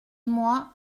moi